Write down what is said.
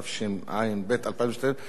התשע"ב 2012,